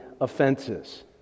offenses